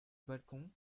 balcon